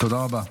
תודה רבה.